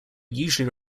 usually